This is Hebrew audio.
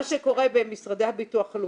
תאמיני לי שמה שקורה במשרדי הביטוח הלאומי,